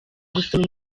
gusoma